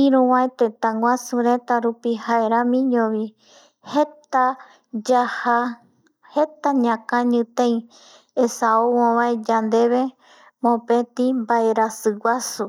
iruva tetara reta guasu jaeramiño vi jeta ñakañi tei esa ou ovae yandeve mopeti vaerasi guasu